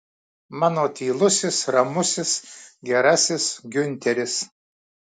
mano tylusis ramusis gerasis giunteris